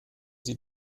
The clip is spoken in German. sie